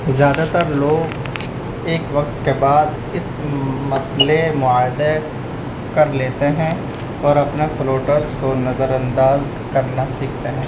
زیادہ تر لوگ ایک وقت کے بعد اس مسئلے معاہدے کر لیتے ہیں اور اپنا فلوٹرس کو نظر انداز کرنا سیکھتے ہیں